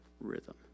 rhythm